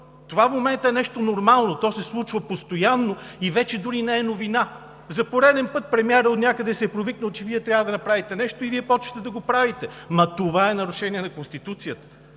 Това в момента е нещо нормално, то се случва постоянно и вече дори не е новина! За пореден път премиерът отнякъде се е провикнал, че Вие трябва да направите нещо и Вие започвате да го правите. Но това е нарушение на Конституцията!